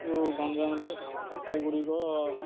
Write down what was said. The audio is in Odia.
ଯେଉଁ ଗଞ୍ଜାମରେ ଏଗୁଡ଼ିକ